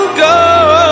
go